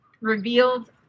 revealed